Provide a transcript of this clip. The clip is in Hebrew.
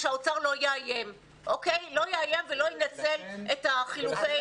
שהאוצר לא יאיים ולא ינצל את חילופי